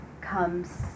comes